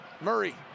Murray